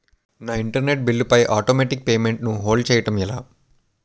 నా internet bill పై automatic payment ను హోల్డ్ చేయటం ఎలా?